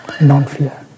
non-fear